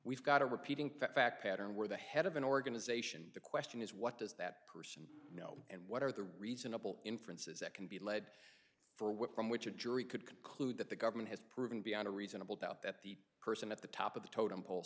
we've got a repeating fact pattern where the head of an organization the question is what does that person know and what are the reasonable inferences that can be lead for what from which a jury could conclude that the government has proven beyond a reasonable doubt that the person at the top of the totem pole